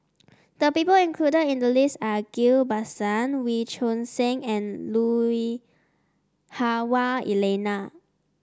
the people included in the list are Ghillie Basan Wee Choon Seng and Lui Hah Wah Elena